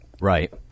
Right